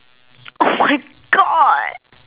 oh my god